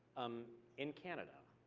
um in canada,